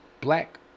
black